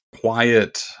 quiet